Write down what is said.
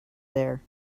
there